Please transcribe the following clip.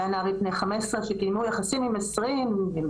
אלו היו נערים בני חמש עשרה שקיימו יחסים עם עשרים קטינות,